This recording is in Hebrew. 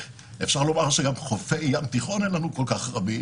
אפשר לומר שגם חופי ים תיכון אין לנו רבים כל כך,